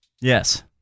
Yes